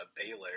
Baylor